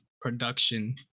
production